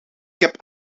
heb